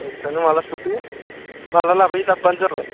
जायखिजाया नों माब्ला सफैयो माब्ला लाबोयो लाबोबानो जाबाय